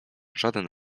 żaden